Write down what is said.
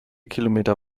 kilometer